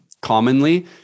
commonly